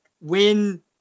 win